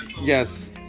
Yes